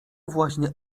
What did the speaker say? właśnie